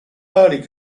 early